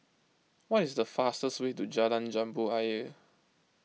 what is the fastest way to Jalan Jambu Ayer